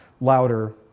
louder